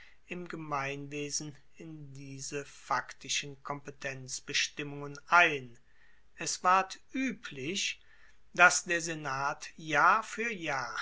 im gemeinwesen in diese faktischen kompetenzbestimmungen ein es ward ueblich dass der senat jahr fuer jahr